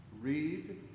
read